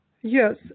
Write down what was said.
Yes